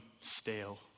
stale